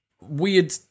weird